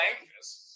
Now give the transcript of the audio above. anxious